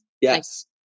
Yes